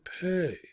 pay